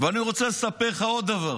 ואני רוצה לספר לך עוד דבר